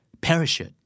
Parachute